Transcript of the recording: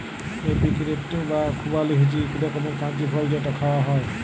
apricot বা খুবালি হছে ইক রকমের কঁচি ফল যেট খাউয়া হ্যয়